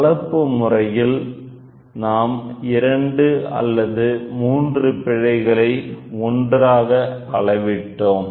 கலப்பு முறையில் நாம் இரண்டு அல்லது மூன்று பிழைகளை ஒன்றாக அளவிட்டோம்